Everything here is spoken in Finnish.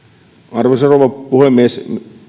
arvoisa rouva puhemies